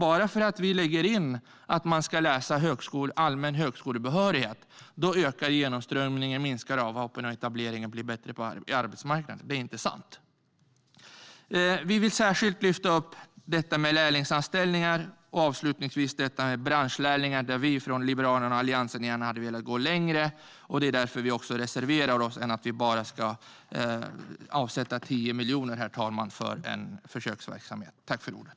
Bara för att vi lägger in att man ska läsa allmän högskolebehörighet ökar inte genomströmningen, och avhoppen minskar inte. Etableringen på arbetsmarknaden blir inte heller bättre. Det ni säger är inte sant. Vi vill särskilt lyfta upp lärlingsanställningarna. Avslutningsvis vill jag nämna branschlärlingarna, där vi från Liberalerna och Alliansen gärna hade velat gå längre än att bara avsätta 10 miljoner för en försöksverksamhet, herr talman. Det är också därför vi reserverar oss.